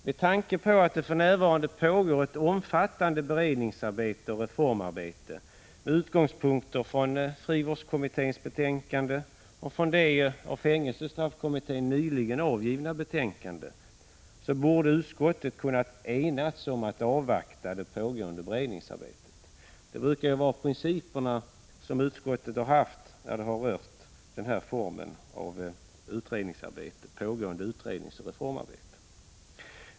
Med tanke på att det för närvarande pågår ett omfattande beredningsarbete och reformarbete med utgångspunkt i bl.a. frivårdskommitténs betänkande och det nyligen avgivna betänkandet från fängelsestraffkommittén, borde utskottet ha kunnat enas om att avvakta det pågående beredningsarbetet. Det brukar ju vara den princip som utskotten följer när det gäller utredningsoch reformarbete.